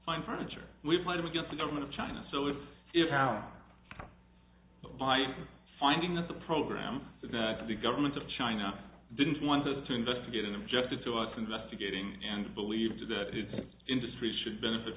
fine furniture we're fighting against the government of china so if you have by finding that the program that the government of china didn't want to to investigate in objected to us investigating and believed to the industry should benefit